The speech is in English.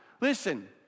Listen